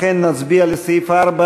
לכן נצביע על סעיף 4